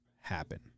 happen